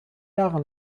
jahre